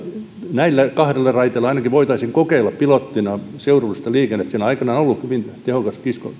näillä kahdella raiteella voitaisiin ainakin kokeilla pilottina seudullista liikennettä siellä on aikanaan ollut hyvin tehokas